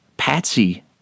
Patsy